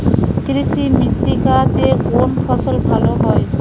কৃষ্ণ মৃত্তিকা তে কোন ফসল ভালো হয়?